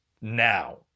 now